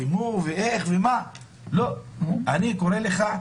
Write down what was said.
אני קורא לך,